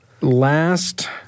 last